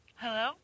Hello